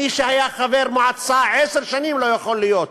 מי שהיה חבר מועצה עשר שנים לא יכול להיות,